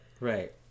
right